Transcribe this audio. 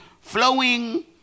flowing